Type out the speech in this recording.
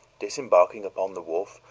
disembarking upon the wharf,